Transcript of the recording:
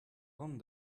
ran